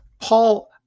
Paul